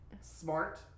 Smart